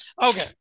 Okay